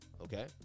okay